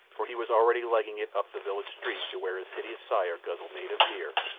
for he was already legging it up the village street to where his hideous sire guzzled native beer,